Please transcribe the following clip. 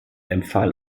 empfahl